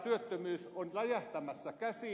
työttömyys on räjähtämässä käsiin